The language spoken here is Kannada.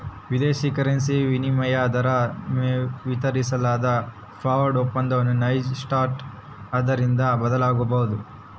ವಿದೇಶಿ ಕರೆನ್ಸಿ ವಿನಿಮಯ ದರ ವಿತರಿಸಲಾಗದ ಫಾರ್ವರ್ಡ್ ಒಪ್ಪಂದವನ್ನು ನೈಜ ಸ್ಪಾಟ್ ದರದಿಂದ ಬದಲಾಗಬೊದು